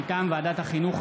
מטעם ועדת החינוך,